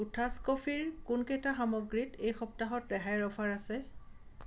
কোঠাছ কফিৰ কোনকেইটা সামগ্ৰীত এই সপ্তাহত ৰেহাইৰ অফাৰ আছে